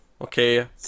okay